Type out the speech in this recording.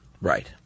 right